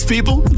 people